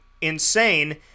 insane